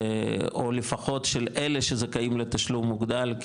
או לפחות של אלה שזכאים לתשלום מוגדל,